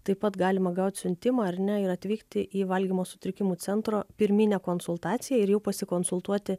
taip pat galima gaut siuntimą ar ne ir atvykti į valgymo sutrikimų centro pirminę konsultaciją ir pasikonsultuoti